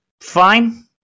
fine